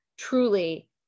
truly